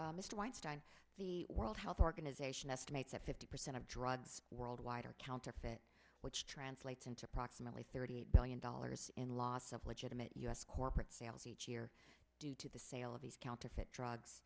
weinstein the world health organization estimates that fifty percent of drugs worldwide are counterfeit which translates into approximately thirty eight billion dollars in lots of legitimate u s corporate sales here due to the sale of these counterfeit drugs